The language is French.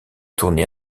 tournées